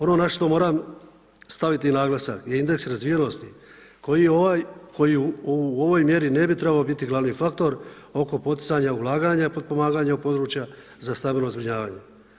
Ono na što moram staviti naglasak je indeks razvijenosti koji u ovoj mjeri ne bi trebao biti glavni faktor oko poticanja ulaganja potpomaganja ovog područja za stambeno zbrinjavanje.